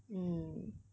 mm